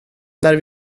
när